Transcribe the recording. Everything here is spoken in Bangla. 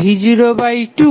v02